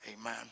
Amen